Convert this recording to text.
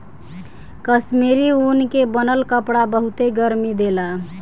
कश्मीरी ऊन के बनल कपड़ा बहुते गरमि देला